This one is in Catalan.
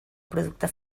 producte